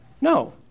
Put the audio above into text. No